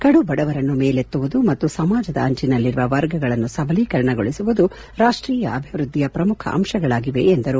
ಕಡುಬಡವರನ್ನು ಮೇಲೆತ್ತುವುದು ಮತ್ತು ಸಮಾಜದ ಅಂಚನಲ್ಲಿರುವ ವರ್ಗಗಳನ್ನು ಸಬಲೀಕರಣಗೊಳಿಸುವುದು ರಾಷ್ಟೀಯ ಅಭಿವೃದ್ದಿಯ ಪ್ರಮುಖ ಅಂಶಗಳಾಗಿವೆ ಎಂದರು